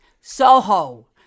Soho